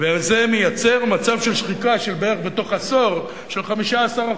זה יוצר מצב של שחיקה, בתוך עשור בערך, של 15%,